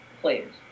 players